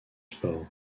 sport